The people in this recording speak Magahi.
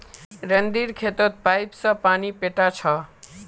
रणधीर खेतत पाईप स पानी पैटा छ